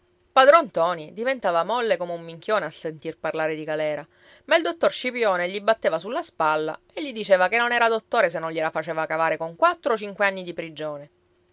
padron ntoni diventava molle come un minchione al sentir parlare di galera ma il dottor scipione gli batteva sulla spalla e gli diceva che non era dottore se non gliela faceva cavare con quattro o cinque anni di prigione